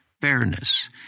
fairness